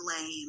lame